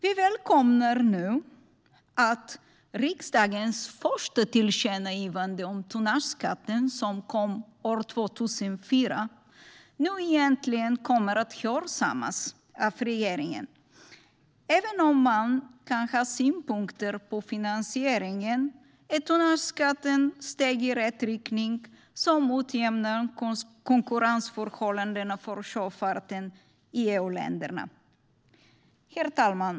Vi välkomnar att riksdagens första tillkännagivande om tonnageskatten som kom 2004 nu äntligen kommer att hörsammas av regeringen. Även om man kan ha synpunkter på finansieringen är tonnageskatten ett steg i rätt riktning mot att utjämna konkurrensförhållandena för sjöfarten i EU-länderna. Herr talman!